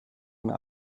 mir